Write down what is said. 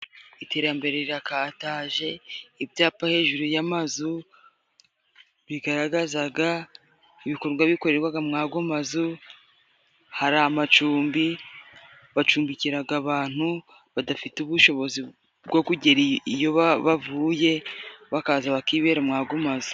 Iterambere rirakataje! Ibyapa hejuru y'amazu bigaragazaga ibikorwa bikorerwaga mu ago mazu. Hari amacumbi bacumbikiraga abantu badafite ubushobozi bwo kugera iyo bavuye, bakaza bakibera mu ago mazu.